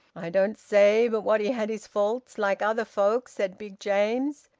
i don't say but what he had his faults like other folk, said big james.